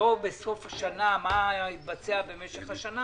לא בסוף השנה לגבי מה שהתבצע במשך השנה